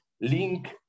link